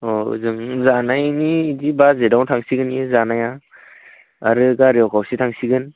अह जोंनि जानायनि बिदि बाजेदआव थांसिगोन बियो जानाया आरो गारियाव खावसे थांसिगोन